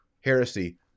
heresy